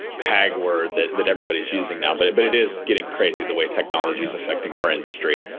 tag word that that everybody is using now but it but it is getting crazy the way technology is affecting our industry.